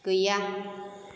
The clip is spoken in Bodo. गैया